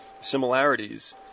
similarities